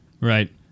Right